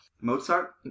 Mozart